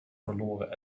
verloren